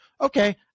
Okay